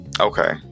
okay